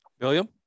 William